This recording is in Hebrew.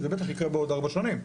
0זה בטח יקרה בעוד ארבע שנים.